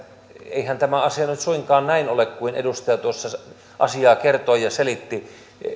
eihän tämä asia nyt suinkaan näin ole kuin edustaja tuossa asiaa kertoi ja selitti